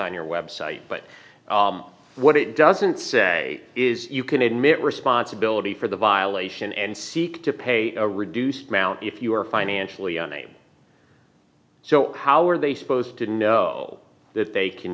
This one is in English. on your website but what it doesn't say is you can admit responsibility for the violation and seek to pay a reduced amount if you are financially a name so how are they supposed to know that they can